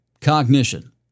cognition